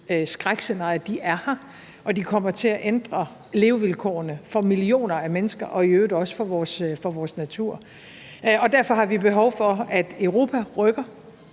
skrækscenarie. De er her, og de kommer til at ændre levevilkårene for millioner af mennesker og i øvrigt også for vores natur. Derfor har vi behov for, at Europa rykker.